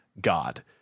God